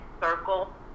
circle